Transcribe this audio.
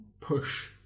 push